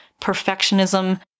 perfectionism